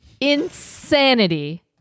Insanity